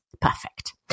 Perfect